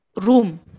room